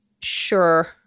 Sure